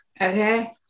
Okay